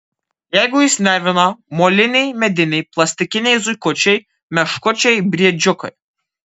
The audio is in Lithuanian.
jeigu jus nervina moliniai mediniai plastikiniai zuikučiai meškučiai briedžiukai